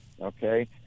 okay